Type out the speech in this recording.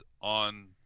on